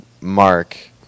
Mark